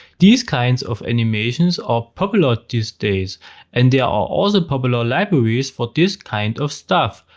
these kinds of animations are popular these days and there are also popular libraries for this kind of stuff,